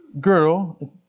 girl